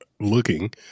looking